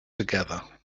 together